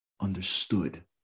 understood